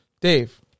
Dave